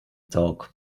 talk